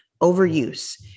Overuse